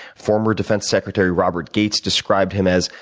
former defense secretary robert gates described him as,